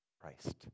Christ